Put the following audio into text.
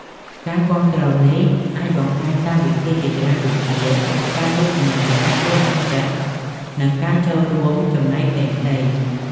ការគាំទ្រនេះអាចបង្ហាញតាមវិធីជាច្រើនដូចជា ការទស្សនា ការលើកទឹកចិត្ត និងការចូលរួមចំណែកផ្សេងៗ។